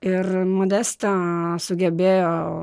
ir modesta sugebėjo